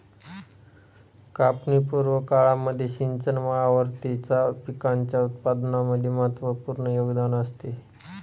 कापणी पूर्व काळामध्ये सिंचन वारंवारतेचा पिकाच्या उत्पादनामध्ये महत्त्वपूर्ण योगदान असते